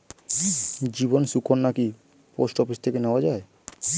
জীবন সুকন্যা কি post office থেকে নেওয়া যায়?